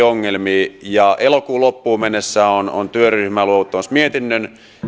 ongelmiin ja elokuun loppuun mennessä on on työryhmä luovuttamassa mietinnön